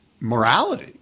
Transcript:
morality